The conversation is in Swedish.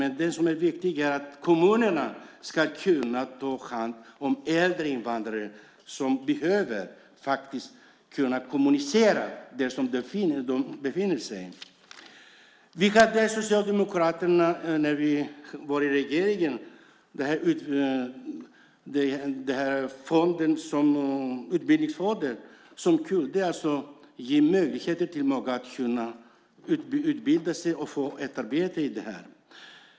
Men det viktiga är att kommunerna ska kunna ta hand om äldre invandrare som behöver kunna kommunicera där de befinner sig. När vi socialdemokrater var i regeringsställning införde vi utbildningsfonden som gav möjligheter att utbilda sig och etablera sig här.